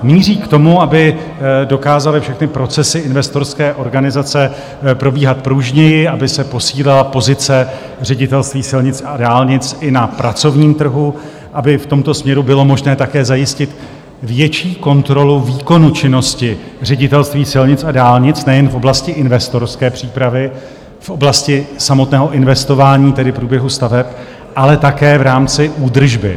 Míří k tomu, aby dokázaly všechny procesy investorské organizace probíhat pružněji, aby se posílila pozice Ředitelství silnic a dálnic i na pracovním trhu, aby v tomto směru bylo možné také zajistit větší kontrolu výkonu činnosti Ředitelství silnic a dálnic nejen v oblasti investorské přípravy, v oblasti samotného investování, tedy průběhu staveb, ale také v rámci údržby.